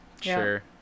Sure